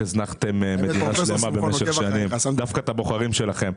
הזנחתם מקום במשך שנים דווקא את הבוחרים שלכם.